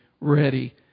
ready